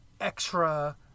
extra